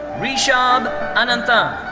rishab ananthan.